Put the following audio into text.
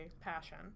passion